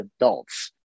adults